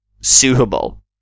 suitable